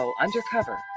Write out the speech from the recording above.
Undercover